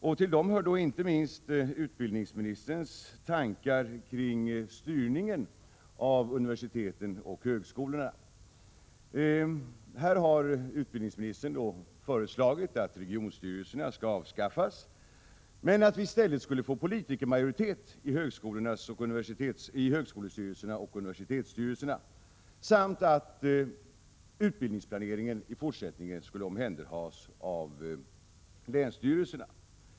Jag avser då inte minst utbildningsministerns tankar kring styrningen av universiteten och högskolorna. Utbildningsministern har föreslagit att regionstyrelserna skall avskaffas. I stället skulle vi få politikermajoritet i högskolestyrelserna och universitetsstyrelserna, och utbildningsplaneringen skulle i fortsättningen omhänderhas av länsstyrelserna.